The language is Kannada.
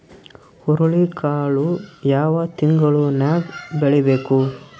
ಹುರುಳಿಕಾಳು ಯಾವ ತಿಂಗಳು ನ್ಯಾಗ್ ಬೆಳಿಬೇಕು?